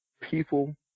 people